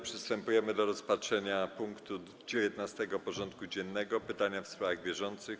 Przystępujemy do rozpatrzenia punktu 19. porządku dziennego: Pytania w sprawach bieżących.